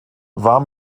war